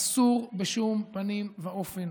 אסור בשום פנים ואופן